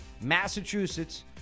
Massachusetts